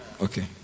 Okay